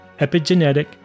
Epigenetic